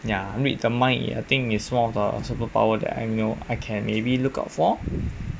ya read the mind I think is one of the superpower that I know I can maybe look out for